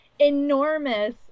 enormous